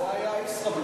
זה היה הישראבלוף.